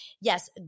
Yes